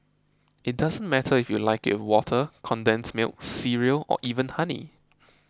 it doesn't matter if you like it water condensed milk cereal or even honey